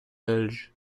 belge